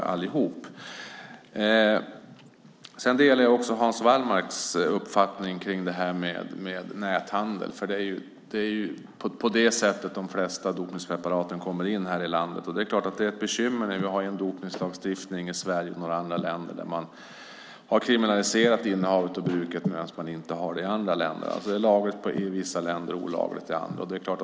Jag delar Hans Wallmarks uppfattning om näthandeln. Det är på det sättet de flesta dopningspreparaten kommer in i landet. Det är ett bekymmer att vi har en dopningslagstiftning i Sverige och i några andra länder som kriminaliserar innehavet och bruket men att man inte har det i andra länder. Det är lagligt i vissa länder och olagligt i andra.